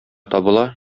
табыла